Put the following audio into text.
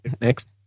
next